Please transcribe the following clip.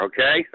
Okay